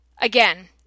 Again